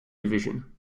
division